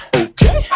okay